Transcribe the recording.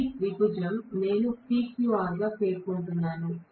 ఈ త్రిభుజం నేను PQR గా పేర్కొంటున్నాను